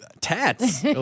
tats